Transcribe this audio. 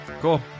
cool